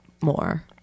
more